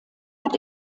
hat